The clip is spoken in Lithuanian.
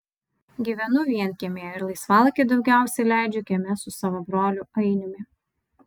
gyvenu vienkiemyje ir laisvalaikį daugiausiai leidžiu kieme su savo broliu ainiumi